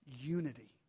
unity